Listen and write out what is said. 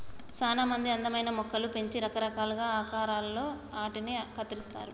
సానా మంది అందమైన మొక్కలు పెంచి రకరకాలుగా ఆకారాలలో ఆటిని కత్తిరిస్తారు